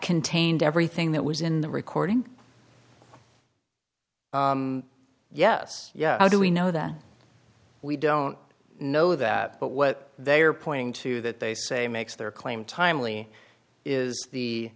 contained everything that was in the recording yes yeah how do we know that we don't know that but what they are pointing to that they say makes their claim timely is the